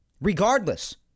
regardless